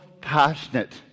passionate